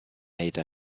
made